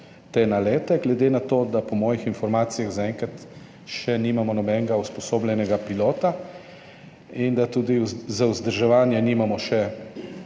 te nalete, glede na to, da po mojih informacijah zaenkrat še nimamo nobenega usposobljenega pilota in da tudi za vzdrževanje še nimamo